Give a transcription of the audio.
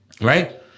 Right